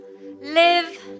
live